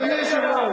אדוני היושב-ראש,